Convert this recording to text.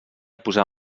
posar